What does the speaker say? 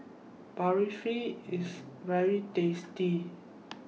Barfi IS very tasty